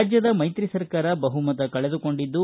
ರಾಜ್ಗದ ಮೈತ್ರಿ ಸರ್ಕಾರ ಬಹುಮತ ಕಳೆದುಕೊಂಡಿದ್ದು